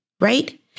Right